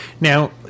Now